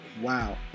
Wow